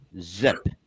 zip